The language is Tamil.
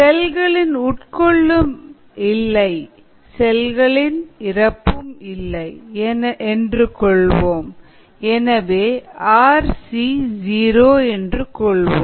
செல்களின் உட்கொள்ளும் இல்லை செல்களின் இறப்பும் இல்லை என்று கொள்வோம் எனவே rc ஜீரோ என்று கொள்வோம்